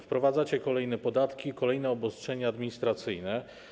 Wprowadzacie kolejne podatki, kolejne obostrzenia administracyjne.